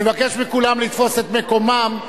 אני מבקש מכולם לתפוס את מקומם,